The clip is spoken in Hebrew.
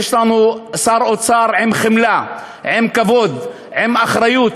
יש לנו שר אוצר עם חמלה, עם כבוד, עם אחריות,